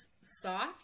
soft